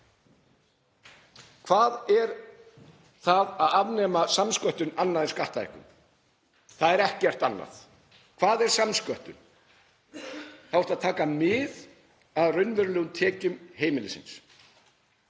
Hvað er það að afnema samsköttun annað en skattahækkun? Það er ekkert annað. Hvað er samsköttun? Þá er tekið mið af raunverulegum tekjum heimilisins